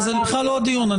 זה בכלל לא הדיון.